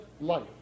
life